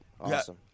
Awesome